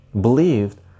believed